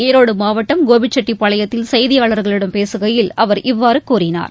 ஈரோடு மாவட்டம் கோபிச்செட்டிப்பாளையத்தில் செய்தியாளர்களிடம் பேசுகையில் அவர் இவ்வாறு கூறினார்